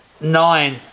nine